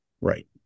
Right